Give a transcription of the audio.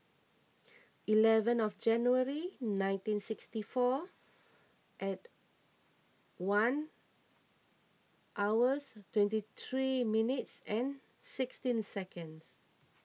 eleven of January nineteen sixty four at one hours twenty three minutes and sixteen seconds